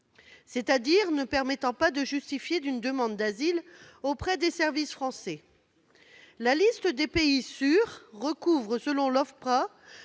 c'est-à-dire ne permettant pas de justifier d'une demande d'asile auprès des services français. La liste des pays sûrs recouvre, selon l'OFPRA,